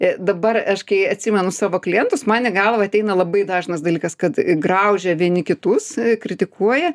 dabar aš kai atsimenu savo klientus man į galvą ateina labai dažnas dalykas kad graužia vieni kitus kritikuoja